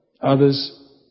Others